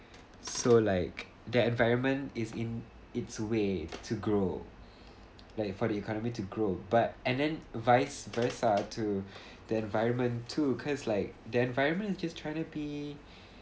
so like the environment is in its way to grow like for the economy to grow but and then vice versa to the environment too cause like the environment it just tries to be